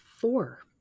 four